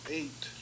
eight